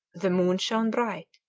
the moon shone bright.